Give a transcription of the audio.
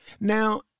now